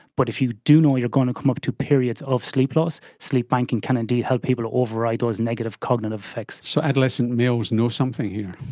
but if you do know you're going to come up to periods of sleep loss, sleep banking can indeed help people to override those negative cognitive effects. so adolescent males know something here.